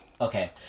Okay